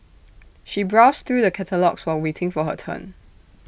she browsed through the catalogues while waiting for her turn